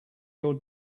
your